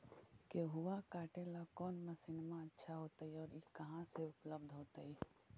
गेहुआ काटेला कौन मशीनमा अच्छा होतई और ई कहा से उपल्ब्ध होतई?